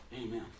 Amen